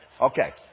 Okay